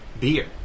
beer